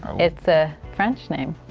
it's a french name.